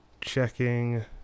checking